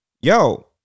yo